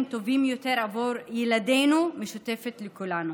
טובים יותר עבור ילדינו משותפים לכולנו.